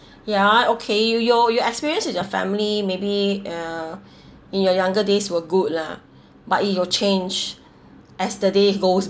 ya okay you your your experience with your family maybe uh in your younger days were good lah but it will change as the day goes